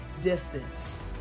distance